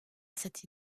cette